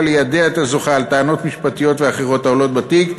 ליידע את הזוכה על טענות משפטיות ואחרות העולות בתיק,